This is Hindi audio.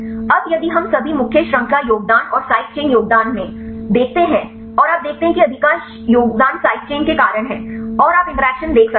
अब यदि हम सभी मुख्य श्रृंखला योगदान और साइड चेन योगदान में योगदान देखते हैं और आप देखते हैं कि अधिकांश योगदान साइड चेन के कारण हैं और आप इंटरैक्शन देख सकते हैं